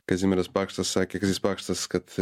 kazimieras pakštas sakė kazys pakštas kad